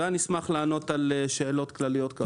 ואני אני אשמח לענות על שאלות כלליות.